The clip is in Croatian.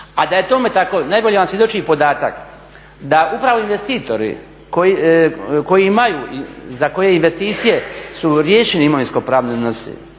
A da je tome tako najbolje vam svjedoči i podatak da upravo investitori koji imaju i za koje investicije su riješeni imovinsko pravni odnosi